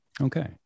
Okay